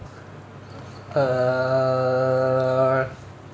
err